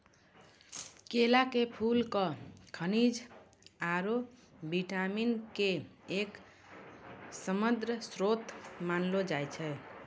केला के फूल क खनिज आरो विटामिन के एक समृद्ध श्रोत मानलो जाय छै